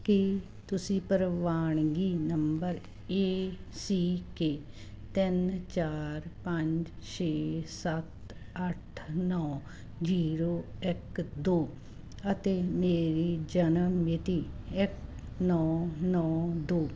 ਕੀ ਤੁਸੀਂ ਪ੍ਰਵਾਨਗੀ number A C K ਤਿੰਨ ਚਾਰ ਪੰਜ ਛੇ ਸੱਤ ਅੱਠ ਨੌਂ ਜ਼ੀਰੋ ਇੱਕ ਦੋ ਅਤੇ ਮੇਰੀ ਜਨਮ ਮਿਤੀ ਇੱਕ ਨੌਂ ਨੌਂ ਦੋ